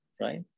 right